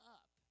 up